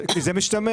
כי זה משתמע.